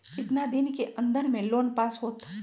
कितना दिन के अन्दर में लोन पास होत?